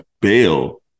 bail